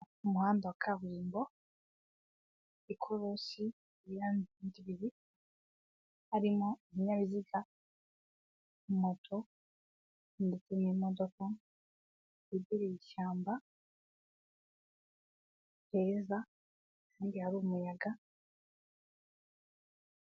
Umuhanda wa kaburimbo, ikorosi n'imihanda ibiri, harimo ibinyabiziga, moto n'imodoka. Hegereye ishyamba, ni heza kandi hari umuyaga.